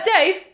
Dave